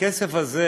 הכסף הזה